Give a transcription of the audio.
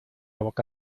boca